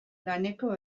laneko